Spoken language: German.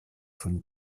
von